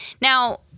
Now